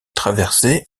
traversée